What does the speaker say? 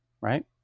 right